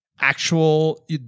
actual